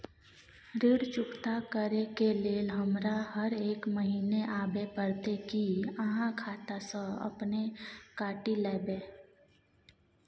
ऋण चुकता करै के लेल हमरा हरेक महीने आबै परतै कि आहाँ खाता स अपने काटि लेबै?